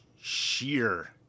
sheer